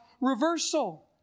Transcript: reversal